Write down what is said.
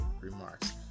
remarks